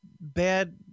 bad –